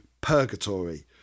purgatory